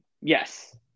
Yes